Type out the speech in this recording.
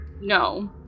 no